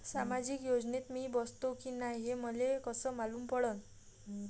सामाजिक योजनेत मी बसतो की नाय हे मले कस मालूम पडन?